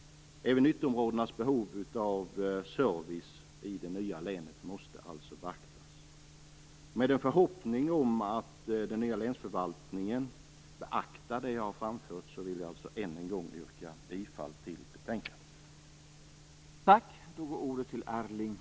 Även ytterområdenas behov av service i det nya länet måste alltså beaktas. Med en förhoppning om att den nya länsförvaltningen beaktar det jag har framfört yrkar jag än en gång bifall till utskottets hemställan i betänkandet.